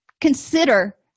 consider